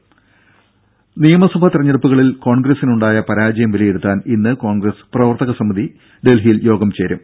രംഭ നിയമസഭാ തെരഞ്ഞെടുപ്പുകളിൽ കോൺഗ്രസിനുണ്ടായ പരാജയം വിലയിരുത്താൻ ഇന്ന് കോൺഗ്രസ് പ്രവർത്തക സമിതി ഡൽഹിയിൽ യോഗം ചേരും